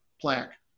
plaque